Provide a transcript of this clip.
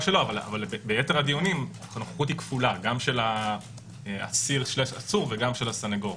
ביתר הדיונים הנוכחות היא כפולה: גם של האסיר וגם של הסנגור.